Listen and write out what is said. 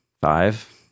five